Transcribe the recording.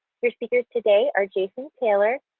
your speakers today are jason taylor,